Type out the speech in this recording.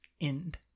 End